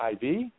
IV